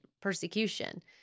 persecution